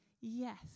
Yes